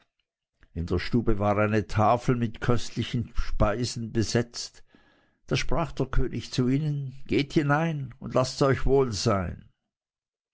in der stube war eine tafel mit köstlichen speisen besetzt da sprach der könig zu ihnen geht hinein und laßts euch wohl sein